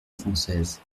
française